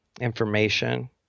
information